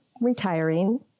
retiring